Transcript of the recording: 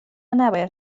نباید